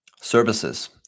services